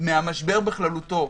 מן המשבר בכללותו.